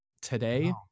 Today